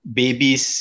babies